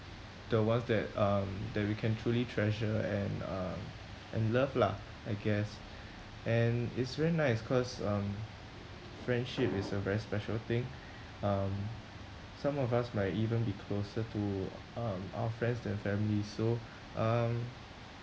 the ones that um that we can truly treasure and uh and love lah I guess and it's very nice cause um friendship is a very special thing um some of us might even be closer to um our friends than family so um